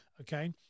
Okay